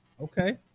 okay